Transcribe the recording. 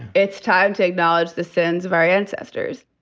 it's time to acknowledge the sins of our ancestors.